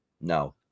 No